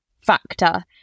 factor